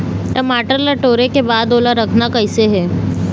टमाटर ला टोरे के बाद ओला रखना कइसे हे?